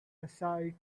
aside